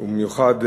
ובמיוחד,